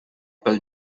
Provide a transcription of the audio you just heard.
pel